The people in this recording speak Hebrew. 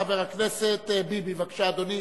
חבר הכנסת ביבי, בבקשה, אדוני,